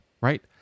right